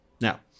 Now